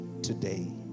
today